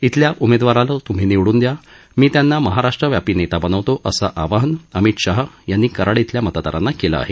इथल्या उमेदवाराला तुम्ही निवड्रन दया मी त्यांना महाराष्ट्र व्यापी नेता बनवतो असं आवाहन अमित शाह यांनी कराड इथल्या मतदारांना केलं आहे